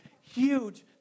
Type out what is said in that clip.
huge